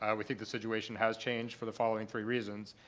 ah we think the situation has changed for the following three reasons.